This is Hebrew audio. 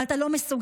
אבל אתה לא מסוגל,